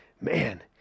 man